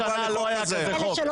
75 שנה לא היה כזה חוק.